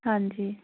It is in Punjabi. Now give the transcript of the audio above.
ਹਾਂਜੀ